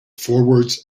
forwards